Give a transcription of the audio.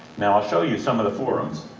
now i'll show you some of the forums,